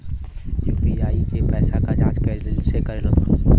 UPI के पैसा क जांच कइसे करब?